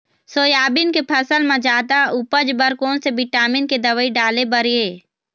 Soybean के फसल म जादा उपज बर कोन से विटामिन के दवई डाले बर ये?